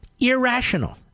irrational